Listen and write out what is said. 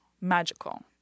magical